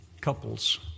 couples